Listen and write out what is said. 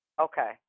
Okay